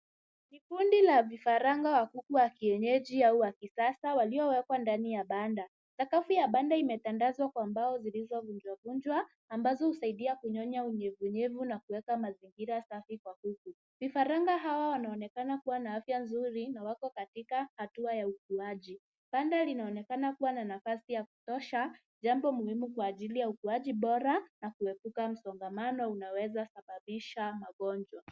Vikundi la vifaranga wa kuku wa kienyeji au wa kisasa waliowekwa ndani ya banda. Sakafu ya banda imetandazwa kwa mbao zilizovunjwavunjwa ambazo husaidia kunyonya unyevunyevu na kuweka mazingira safi kwa kuku. Vifaranga hawa wanaonekana kuwa na afya nzuri na wako katika hatua ya ukuaji. Banda linaonekana kuwa na nafasi ya kutosha ,jambo muhimu kwa ajili ya ukuaji bora na kuepuka msongamano unaoweza sababisha magonjwa.